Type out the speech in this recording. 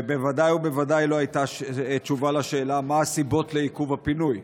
וודאי ובוודאי לא הייתה תשובה לשאלה מה הסיבות לעיכוב הפינוי.